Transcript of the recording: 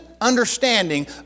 understanding